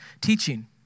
teaching